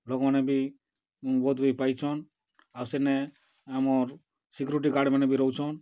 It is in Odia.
ଲୋକ୍ମାନେ ବି ବୋଧ ହୁଏ ପାଇଛନ୍ ଆର୍ ସେନେ ଆମର୍ ସିକ୍ୟୁରିଟି ଗାର୍ଡ୍ ମାନେ ବି ରହୁଛନ୍